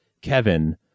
Kevin